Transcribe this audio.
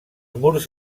murs